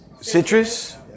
Citrus